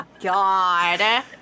god